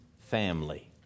family